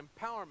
empowerment